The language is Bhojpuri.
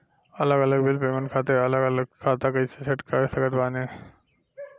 अलग अलग बिल पेमेंट खातिर अलग अलग खाता कइसे सेट कर सकत बानी?